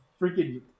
freaking